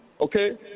okay